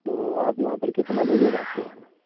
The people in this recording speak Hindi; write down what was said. तो आप वहाँ पर कितना बजे जाते हैं